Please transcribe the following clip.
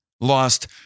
lost